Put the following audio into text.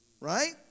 Right